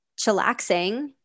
chillaxing